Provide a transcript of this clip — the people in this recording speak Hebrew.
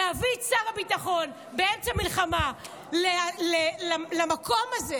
להביא את שר הביטחון באמצע מלחמה למקום הזה